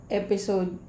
episode